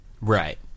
Right